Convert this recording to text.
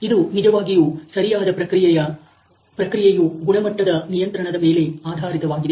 ಇದು ನಿಜವಾಗಿಯೂ ಸರಿಯಾದ ಪ್ರಕ್ರಿಯೆಯು ಗುಣಮಟ್ಟದ ನಿಯಂತ್ರಣದ ಮೇಲೆ ಆಧಾರಿತವಾಗಿದೆ